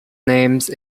names